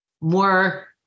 more